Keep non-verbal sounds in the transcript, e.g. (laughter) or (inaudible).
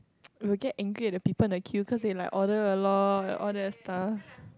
(noise) we will get angry at the people in the queue cause they like order a lot and all that stuff